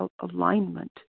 alignment